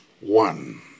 one